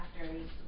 factors